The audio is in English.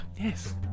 Yes